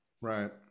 Right